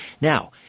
Now